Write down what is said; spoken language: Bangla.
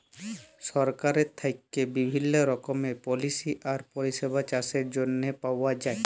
সরকারের থ্যাইকে বিভিল্ল্য রকমের পলিসি আর পরিষেবা চাষের জ্যনহে পাউয়া যায়